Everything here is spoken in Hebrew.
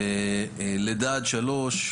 זה לידה עד שלוש,